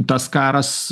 tas karas